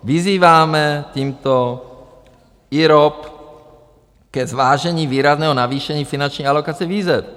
Vyzýváme tímto IROP ke zvážení výrazného navýšení finanční alokace výzev.